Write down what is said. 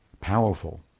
powerful